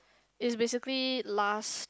is basically lust